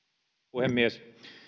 puhemies